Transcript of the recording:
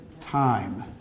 time